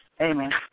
Amen